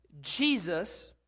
Jesus